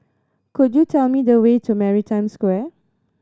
could you tell me the way to Maritime Square